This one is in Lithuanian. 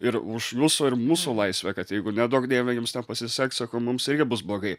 ir už jūsų ir mūsų laisvę kad jeigu neduok dieve jums nepasiseks sakau mums irgi bus blogai